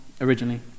originally